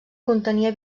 contenia